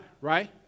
Right